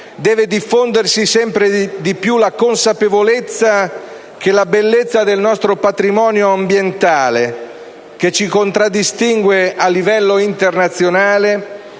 Deve diffondersi sempre più la consapevolezza che la bellezza del nostro patrimonio ambientale, che ci contraddistingue a livello internazionale,